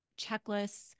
checklists